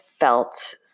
felt